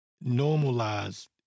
normalized